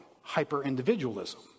Hyper-individualism